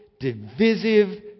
divisive